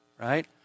right